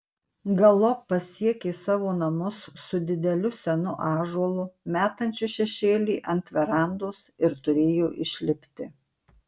galop pasiekė savo namus su dideliu senu ąžuolu metančiu šešėlį ant verandos ir turėjo išlipti